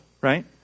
Right